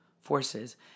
forces